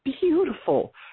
beautiful